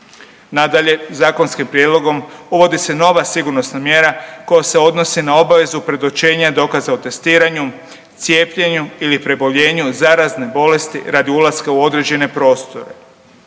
Nadalje, zakonskim prijedlogom uvodi se nova sigurnosna mjera koja se odnosi na obavezu predočenja dokaza o testiranju, cijepljenju ili preboljenju zarazne bolesti radi ulaska u određene prostore.